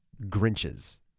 Grinches